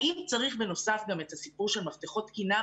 האם צריך בנוסף גם את הסיפור של מפתחות תקינה?